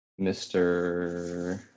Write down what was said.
Mr